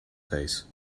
face